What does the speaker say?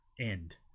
End